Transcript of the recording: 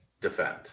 defend